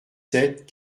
sept